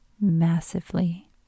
Massively